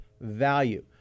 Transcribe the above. value